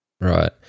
Right